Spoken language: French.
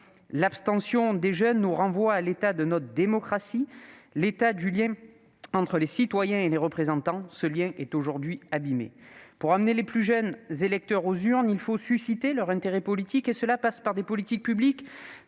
L'abstention des jeunes nous renvoie à l'état de notre démocratie, à l'état du lien entre les citoyens et leurs représentants. Ce lien est aujourd'hui abîmé. Pour ramener les plus jeunes électeurs aux urnes, il faut susciter leur intérêt politique ; cela passe par les politiques publiques